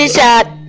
that